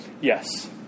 Yes